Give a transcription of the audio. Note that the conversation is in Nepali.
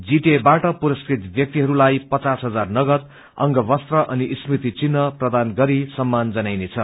जीटीए बाट पुरस्कृत ब्यक्तिहरूलाई पचास हजार नगद अँग वस्त्र अनि स्मृति चिन्ह प्रदान गरि सम्मान जनाइने छ